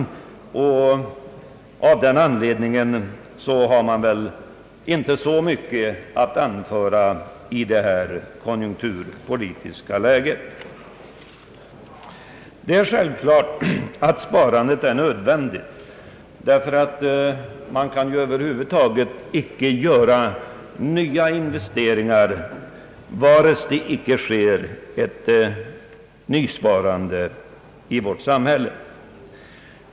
Av den anledningen finns väl inte så mycket att anföra i detta konjunkturpolitiska läge. Det är självklart att sparandet är nödvändigt. Man kan ju över huvud taget icke göra nya investeringar om det inte sker ett nysparande i sambhället.